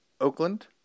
Oakland